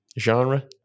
genre